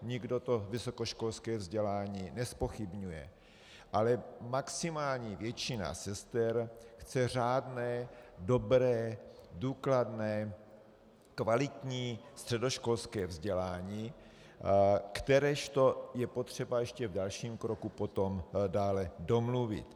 Nikdo to vysokoškolské vzdělání nezpochybňuje, ale maximální většina sester chce řádné, dobré, důkladné, kvalitní středoškolské vzdělání, kteréžto je potřeba ještě v dalším kroku potom dále domluvit.